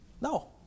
No